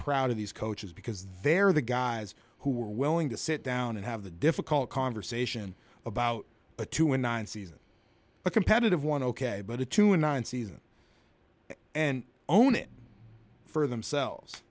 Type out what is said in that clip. proud of these coaches because they're the guys who are willing to sit down and have the difficult conversation about a two and nine season a competitive one ok but a two nine season and own it for themselves